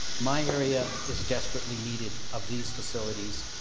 my area is desperately needed of these facilities.